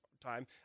time